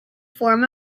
form